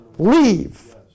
Leave